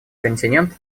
континент